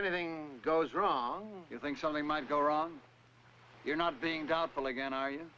anything goes wrong you think something might go wrong you're not being doubtful again are y